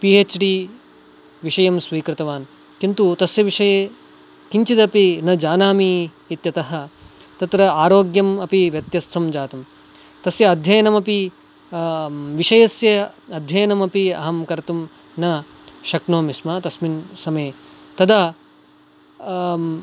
P H D विषयं स्वीकृतवान् किन्तु तस्य विषये किञ्चिदपि न जानामि इत्यतः तत्र आरोग्यम् अपि व्यत्यस्तं जातं तस्य अध्ययनमपि विषयस्य अध्ययनमपि अहं कर्तुं न शक्नोमि स्म तस्मिन् समये तदा